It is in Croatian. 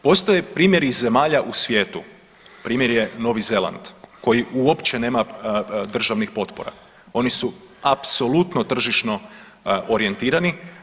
Postoje primjeri zemalja u svijetu, primjer je Novi Zeland koji uopće nema državnih potpora, oni su apsolutno tržišno orijentirani.